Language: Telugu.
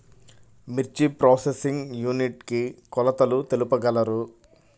మిర్చి ప్రోసెసింగ్ యూనిట్ కి కొలతలు తెలుపగలరు?